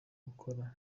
gukora